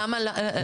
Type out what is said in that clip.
למה לא?